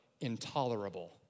Intolerable